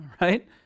Right